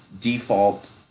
default